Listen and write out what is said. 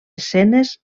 escenes